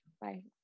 Bye